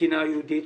התקינה הייעודית.